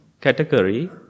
category